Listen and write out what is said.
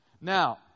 Now